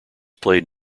played